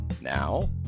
Now